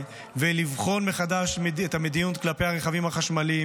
ולבחון מחדש את המדיניות כלפי הרכבים החשמליים.